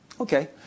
Okay